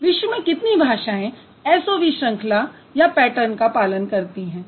विश्व में कितनी भाषाएँ SOV श्रंखला का पालन करती हैं